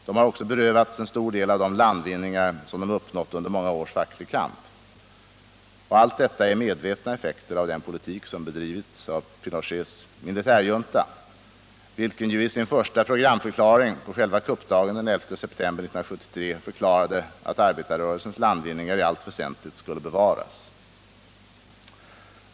De har också berövats en stor del av de landvinningar som de uppnått under många års facklig kamp. Allt detta är medvetna effekter av den politik som bedrivits av Pinochets militärjunta, vilken ju i sin första programförklaring på själva kuppdagen den 11 september 1973 förklarade att arbetarrörelsens landvinningar i allt väsentligt skulle bevaras.